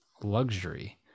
luxury